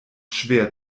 schwer